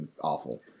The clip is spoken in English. Awful